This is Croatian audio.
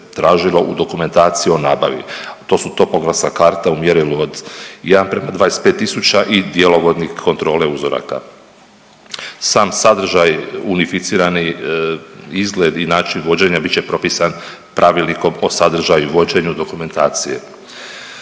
tražilo u dokumentaciji o nabavi, a to su topografska karta u mjerilu od 1:25000 i djelovodnik kontrole uzoraka. Sam sadržaj unificirani izgled i način vođenja bit će propisan Pravilnikom o sadržaju i vođenju dokumentacije.